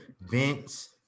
Vince